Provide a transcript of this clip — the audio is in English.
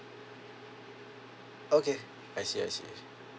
okay I see I see